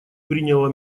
приняла